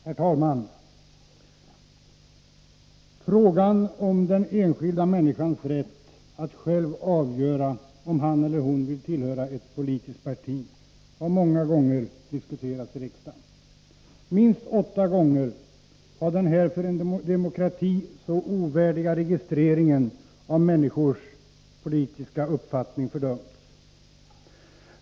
Herr talman! Frågan om den enskilda människans rätt att själv avgöra om han eller hon vill tillhöra ett politiskt parti har många gånger diskuterats i riksdagen. Minst åtta gånger har den för en demokrati så ovärdiga registreringen av människors politiska uppfattning fördömts.